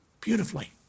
beautifully